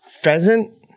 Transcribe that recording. pheasant